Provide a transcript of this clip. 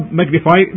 magnify